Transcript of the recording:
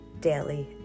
daily